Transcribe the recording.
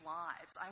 lives